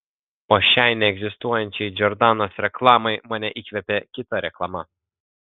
o šiai neegzistuojančiai džordanos reklamai mane įkvėpė kita reklama